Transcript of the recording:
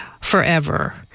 forever